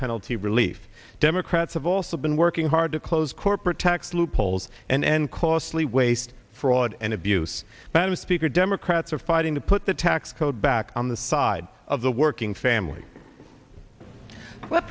penalty relief democrats have also been working hard to close corporate tax loopholes and costly waste fraud and abuse but the speaker democrats are fighting to put the tax code back on the side of the working families what